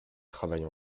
travaille